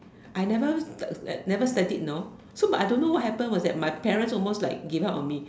I never never studied you know so but I don't know what happened was that my parents almost like gave up on me